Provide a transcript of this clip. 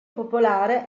popolare